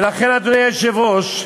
ולכן, אדוני היושב-ראש,